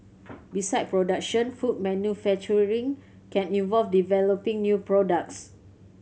beside production food manufacturing can involve developing new products